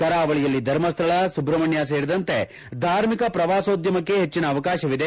ಕರಾವಳಿಯಲ್ಲಿ ಧರ್ಮಸ್ವಳ ಸುಬ್ರಹ್ಮಣ್ಯ ಸೇರಿದಂತೆ ಧಾರ್ಮಿಕ ಪ್ರವಾಸೋದ್ಯಮಕ್ಕೆ ಹೆಚ್ಚಿನ ಅವಕಾಶವಿದೆ